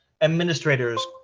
administrators